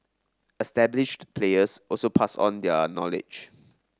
established players also pass on their knowledge